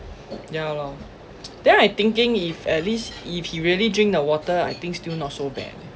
ya lor then I thinking if at least if he really drink the water I think still not so bad